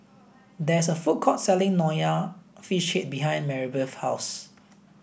there is a food court selling Nonya Fish Head behind Maribeth's house